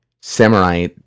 samurai